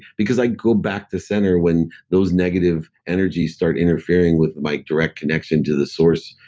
because i go back to center when those negative energies start interfering with my direct connection to the source,